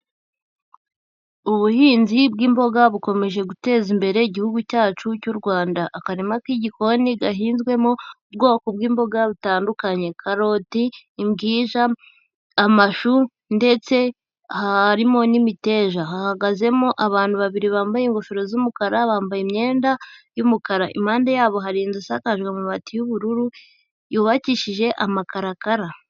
Ubuhinzi bw'imboga bukomeje guteza imbere igihugu cyacu cy'u Rwanda. Akarima k'igikoni gahinzwemo ubwoko bw'imboga butandukanye, karoti, imbwija, amashu, ndetse harimo n'imiteja. Hahagazemo abantu babiri bambaye ingofero z'umukara, bambaye imyenda y'umukara. Impande yabo hari inzu isakaje amabati y'ubururu, yubakishije amakarakara.